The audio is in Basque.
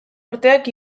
urteak